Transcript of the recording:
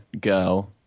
Go